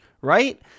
right